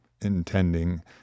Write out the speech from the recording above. intending